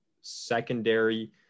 secondary